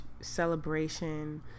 celebration